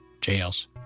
jails